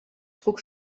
trug